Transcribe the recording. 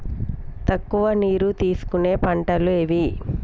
తక్కువ నీరు తీసుకునే పంటలు ఏవి?